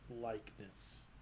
likeness